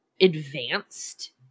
advanced